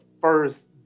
first